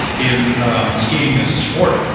in skiing as a sport.